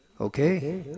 Okay